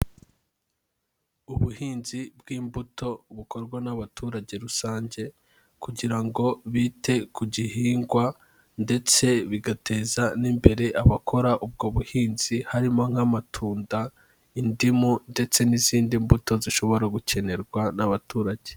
Ubuhinzi bw'imbuto bukorwa n'abaturage rusange kugira ngo bite ku gihingwa ndetse bigateza n'imbere abakora ubwo buhinzi harimo nk'amatunda, indimu ndetse n'izindi mbuto zishobora gukenerwa n'abaturage.